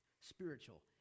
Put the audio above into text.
spiritual